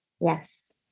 Yes